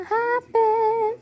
happen